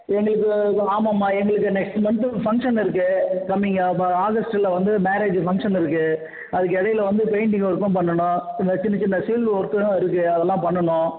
எங்களுக்கு ஆமாம் மா எங்களுக்கு நெக்ஸ்ட் மன்த்து ஒரு ஃபங்ஷன் இருக்கு கம்மிங் ஆகஸ்டில் வந்து மேரெஜ்ஜு ஃபங்ஷன் இருக்கு அதுக்கு இடைல வந்து பெயிண்டிங் ஒர்க்லான் பண்ணணும் பின்ன சின்ன சின்ன சீலிங் ஒர்க்லான் இருக்கு அதலான் பண்ணணும்